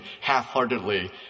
half-heartedly